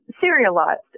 serialized